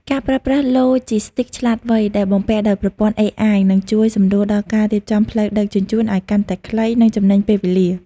ការប្រើប្រាស់ "ឡូជីស្ទីកឆ្លាតវៃ" ដែលបំពាក់ដោយប្រព័ន្ធ AI នឹងជួយសម្រួលដល់ការរៀបចំផ្លូវដឹកជញ្ជូនឱ្យកាន់តែខ្លី និងចំណេញពេលវេលា។